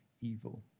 evil